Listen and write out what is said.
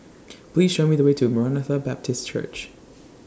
Please Show Me The Way to Maranatha Baptist Church